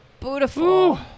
beautiful